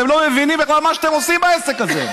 אתם לא מבינים בכלל מה אתם עושים בעסק הזה.